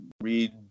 read